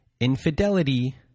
infidelity